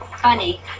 Funny